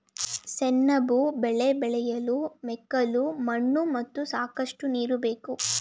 ಸೆಣಬು ಬೆಳೆ ಬೆಳೆಯಲು ಮೆಕ್ಕಲು ಮಣ್ಣು ಮತ್ತು ಸಾಕಷ್ಟು ನೀರು ಬೇಕು